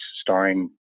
starring